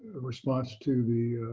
response to the